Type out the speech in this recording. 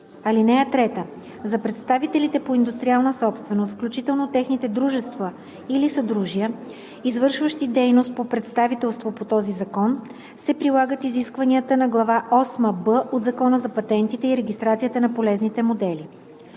(3) За представителите по индустриална собственост, включително техните дружества или съдружия, извършващи дейност по представителство по този закон, се прилагат изискванията на глава осма „б“ от Закона за патентите и регистрацията на полезните модели.“